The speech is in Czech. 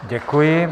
Děkuji.